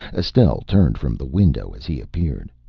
estelle turned from the window as he appeared.